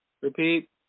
Repeat